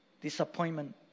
disappointment